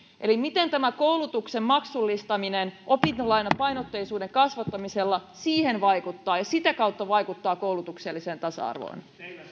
miten tämä koulutuksen maksullistaminen opintolainapainotteisuuden kasvattamisella siihen vaikuttaa ja sitä kautta vaikuttaa koulutukselliseen tasa arvoon